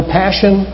passion